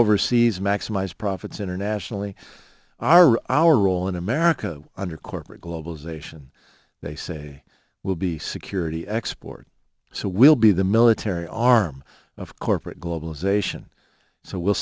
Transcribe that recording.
overseas maximize profits internationally are our role in america under corporate globalization they say will be security export so will be the military arm of corporate globalization so we'll